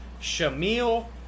Shamil